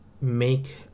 make